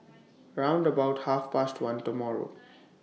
round about Half Past one tomorrow